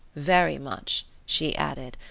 very much she added,